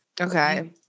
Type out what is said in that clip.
okay